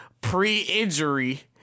pre-injury